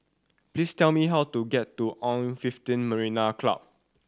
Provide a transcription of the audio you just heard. please tell me how to get to On fifteen Marina Club